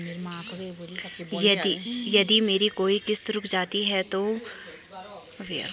यदि मेरी कोई किश्त रुक जाती है तो कितना अतरिक्त ब्याज पड़ेगा?